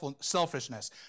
selfishness